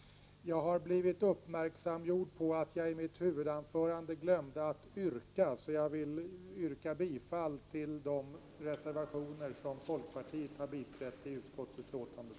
Jag har blivit uppmärksammad på att jag i mitt huvudanförande glömde att göra något yrkande. Därför yrkar jag bifall till de reservationer som folkpartiet har biträtt i utskottsutlåtandet.